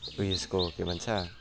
उयसको के भन्छ